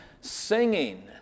singing